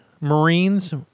marines